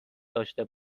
داشته